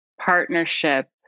partnership